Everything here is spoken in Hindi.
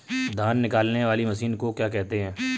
धान निकालने वाली मशीन को क्या कहते हैं?